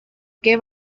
què